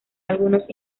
algunos